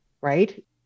Right